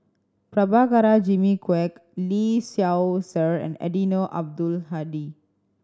Prabhakara Jimmy Quek Lee Seow Ser and Eddino Abdul Hadi